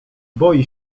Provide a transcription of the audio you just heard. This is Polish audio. boi